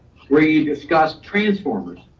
where you discussed transformers.